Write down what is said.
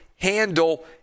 handle